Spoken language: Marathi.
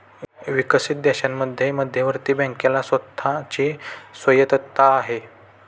विकसित देशांमध्ये मध्यवर्ती बँकेला स्वतः ची स्वायत्तता आहे